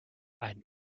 ein